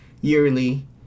yearly